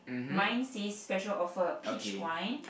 mine says special offer peach wine